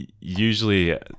usually